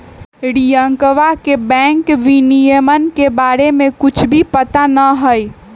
रियंकवा के बैंक विनियमन के बारे में कुछ भी पता ना हई